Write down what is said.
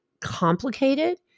complicated